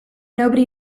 nobody